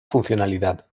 funcionalidad